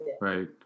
right